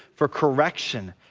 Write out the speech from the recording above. for correction,